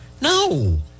No